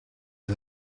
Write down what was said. was